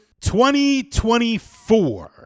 2024